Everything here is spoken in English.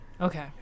Okay